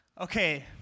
Okay